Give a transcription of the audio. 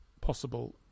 possible